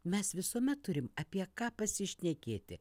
mes visuomet turim apie ką pasišnekėti